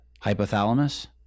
Hypothalamus